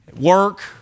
Work